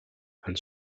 and